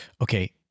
okay